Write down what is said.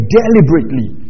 deliberately